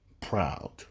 proud